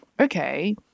okay